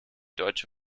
deutsche